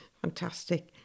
Fantastic